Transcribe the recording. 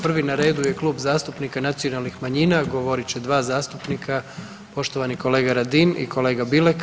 Prvi na redu je Klub zastupnika nacionalnih manjina govorit će dva zastupnika poštovani kolega Radin i kolega Bilek.